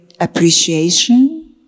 appreciation